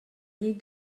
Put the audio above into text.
llit